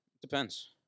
Depends